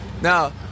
Now